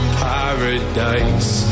paradise